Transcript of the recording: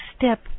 step